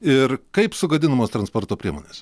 ir kaip sugadinamos transporto priemonės